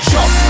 Jump